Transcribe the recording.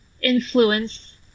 influence